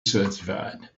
certified